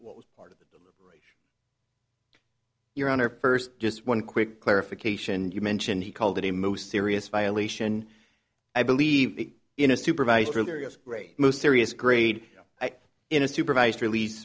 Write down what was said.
what was part of your honor first just one quick clarification you mentioned he called it a most serious violation i believe in a supervisor various great most serious grade in a supervised release